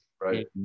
Right